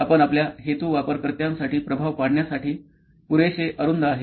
आपण आपल्या हेतू वापरकर्त्यासाठी प्रभाव पाडण्यासाठी पुरेसे अरुंद आहे